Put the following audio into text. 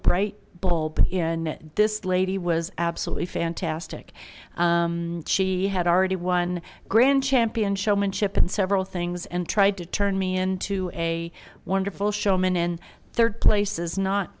bright bulb in this lady was absolutely fantastic she had already won a grand champion showmanship and several things and tried to turn me into a wonderful showman in third place is not